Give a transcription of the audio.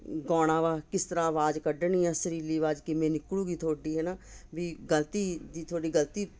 ਗਾਉਣਾ ਵਾ ਕਿਸ ਤਰ੍ਹਾਂ ਆਵਾਜ਼ ਕੱਢਣੀ ਹੈ ਸੁਰੀਲੀ ਆਵਾਜ਼ ਕਿਵੇਂ ਨਿਕਲੇਗੀ ਤੁਹਾਡੀ ਹੈ ਨਾ ਵੀ ਗਲਤੀ ਦੀ ਤੁਹਾਡੀ ਗਲਤੀ